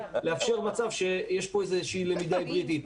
לאפשר מצב שיש פה איזושהי למידה היברידית.